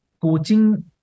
coaching